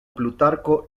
plutarco